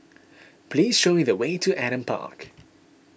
please show me the way to Adam Park